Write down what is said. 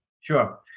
Sure